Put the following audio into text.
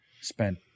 spent